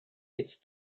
its